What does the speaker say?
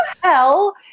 hell